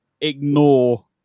ignore